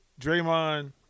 Draymond